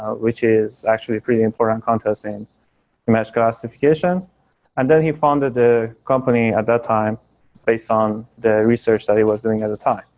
ah which is actually a pretty important contest in image classification and then he founded the company at that time based on the research that he was doing at the time.